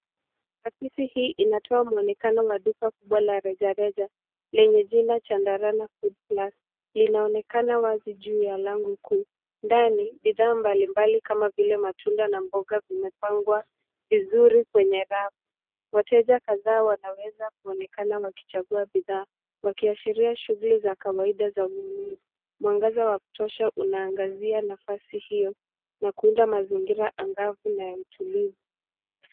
Pikiti hii inatoa mwonekano wa duka kubwa la rejareja, lenye jina Chandarana Foodplus, linaonekana wazi juu ya lango kuu. Ndani bidhaa mbalimbali kama vile matunda na mboga zimepangwa vizuri kwenye rafu. Wateja kadhaa wanaweza kuonekana wakichagua bidhaa, wakishiria shughuli za kwaida za ununuzi. Mwangaza wa kutosha unaangazia nafasi hio, na kuunda mazingira angavu na ya utulivu.